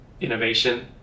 Innovation